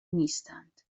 نیستند